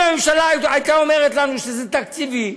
אם הממשלה הייתה אומרת לנו שזה תקציבי,